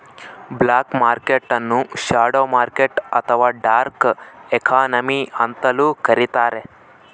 block market ನ್ನು shadow market ಅಥವಾ dark economy ಅಂತಲೂ ಕರಿತಾರೆ